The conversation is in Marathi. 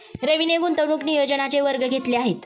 रवीने गुंतवणूक नियोजनाचे वर्ग घेतले आहेत